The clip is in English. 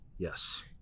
Yes